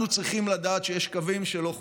אנחנו צריכים לדעת שיש קווים שלא חוצים.